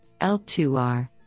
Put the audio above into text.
L2R